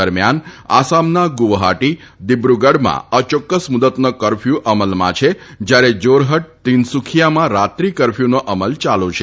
દરમ્યાન આસામના ગુવાહાટી તથા દિબ્રુગઢમાં અયોક્ક્સ મુદ્દતનો કરફ્યુ અમલમાં છે જ્યારે જોરહટ તિનસુખીથામાં રાત્રી કરફ્યુનો અમલ ચાલુ છે